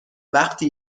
وقتی